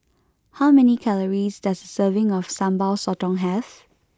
how many calories does a serving of Sambal Sotong have